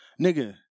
Nigga